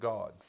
God